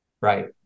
Right